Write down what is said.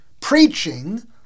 Preaching